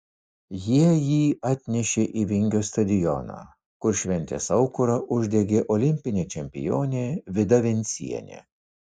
jie jį atnešė į vingio stadioną kur šventės aukurą uždegė olimpinė čempionė vida vencienė